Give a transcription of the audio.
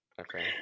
Okay